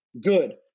good